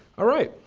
all right,